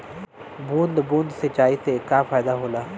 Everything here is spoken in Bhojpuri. बूंद बूंद सिंचाई से का फायदा होला?